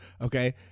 Okay